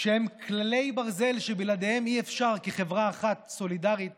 הם כללי ברזל שבלעדיהם אי-אפשר כחברה אחת סולידרית